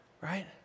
Right